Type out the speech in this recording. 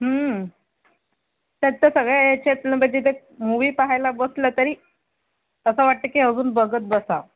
त्यात तर सगळ्या ह्याच्यातून म्हणजे ते मूवी पाहायला बसलं तरी असं वाटते की अजून बघत बसावं